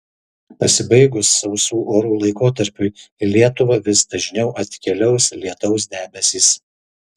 pasibaigus sausų orų laikotarpiui į lietuvą vis dažniau atkeliaus lietaus debesys